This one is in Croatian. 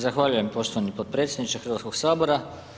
Zahvaljujem poštovani potpredsjedniče Hrvatskog sabora.